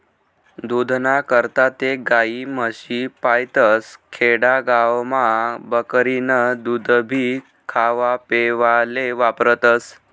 दूधना करता ते गायी, म्हशी पायतस, खेडा गावमा बकरीनं दूधभी खावापेवाले वापरतस